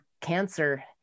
cancer